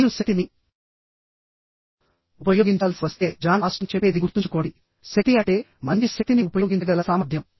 మీరు శక్తిని ఉపయోగించాల్సి వస్తే జాన్ ఆస్టన్ చెప్పేది గుర్తుంచుకోండి శక్తి అంటే మంచి శక్తిని ఉపయోగించగల సామర్థ్యం